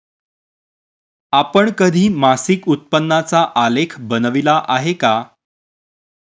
आपण कधी मासिक उत्पन्नाचा आलेख बनविला आहे का?